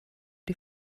die